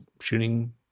shooting